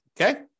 Okay